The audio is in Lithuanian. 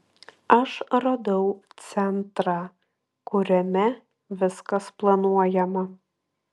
aš radau centrą kuriame viskas planuojama